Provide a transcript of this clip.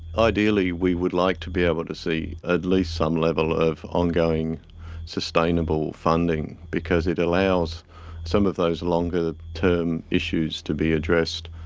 ideally we would like to be able to see at least some level of ongoing sustainable funding because it allows some of those longer term issues to be addressed.